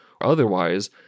otherwise